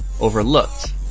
overlooked